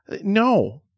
No